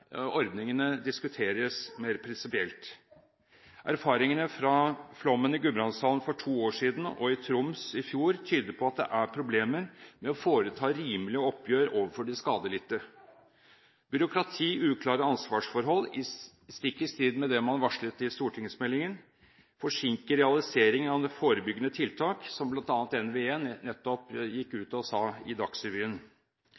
ordningene diskuteres mer prinsipielt. Erfaringene fra flommen i Gudbrandsdalen for to år siden og i Troms i fjor tyder på at det er problemer med å foreta rimelig oppgjør overfor de skadelidte. Byråkrati og uklare ansvarsforhold, stikk i strid med det man varslet i stortingsmeldingen, forsinker realiseringen av forebyggende tiltak, som bl.a. NVE nettopp gikk